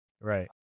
Right